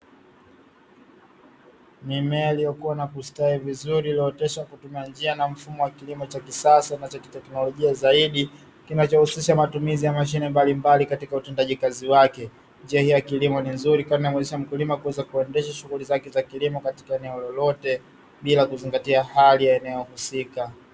Mimea iliyokua na kusitawi vizuri, iliyooteshwa kwa kutumia njia na mfumo wa kilimo cha kisasa na kiteknolojia zaidi, kinachohusisha matumizi ya mashine mbalimbali katika utendeji kazi wake. Njia hii ya kilimo ni nzuri, kwani inamuwezesha mkulima kuendesha shughuli zake za kilimo katika eneo lolote, bila kuzingatia hali ya eneo husika.